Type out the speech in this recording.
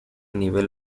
nivel